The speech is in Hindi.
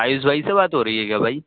आयुश भाई से बात हो रही है क्या भाई